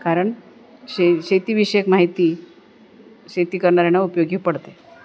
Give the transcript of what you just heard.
कारण शे शेतीविषयक माहिती शेती करणाऱ्याना उपयोगी पडते